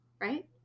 Right